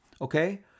okay